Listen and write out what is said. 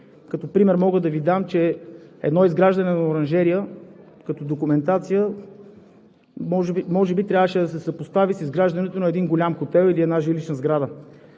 Като пример мога да Ви дам, че едно изграждане на оранжерия като документация може би трябваше да се съпостави с изграждането на един голям хотел или една жилищна сграда.